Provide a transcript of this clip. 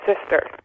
sister